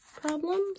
problems